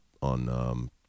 on, –